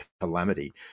calamity